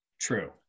True